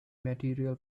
material